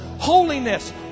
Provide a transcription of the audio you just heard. holiness